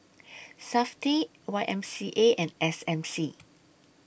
Safti Y M C A and S M C